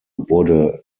wurde